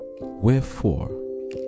Wherefore